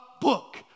book